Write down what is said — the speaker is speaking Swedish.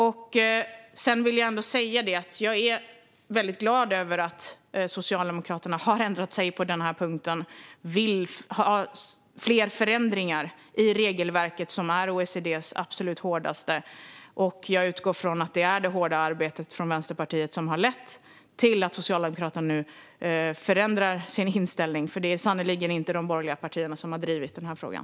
Jag vill ändå säga att jag är glad över att Socialdemokraterna har ändrat sig på denna punkt och vill ha fler förändringar i regelverket, som är det absolut hårdaste i OECD. Jag utgår från att det är det hårda arbetet från Vänsterpartiet som har lett till att Socialdemokraterna nu förändrar sin inställning, för det är sannerligen inte de borgerliga partierna som har drivit frågan.